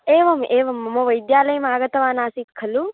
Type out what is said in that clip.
एवम् एवं मम वैद्यालयमागतवानासीत् खलु